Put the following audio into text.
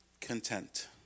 content